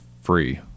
free